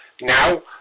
Now